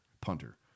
punter